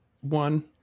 one